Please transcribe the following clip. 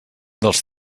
dels